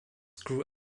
grew